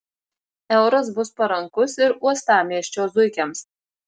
euras bus parankus ir uostamiesčio zuikiams